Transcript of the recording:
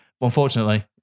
unfortunately